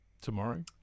tomorrow